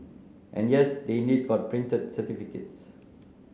and yes they indeed got printed certificates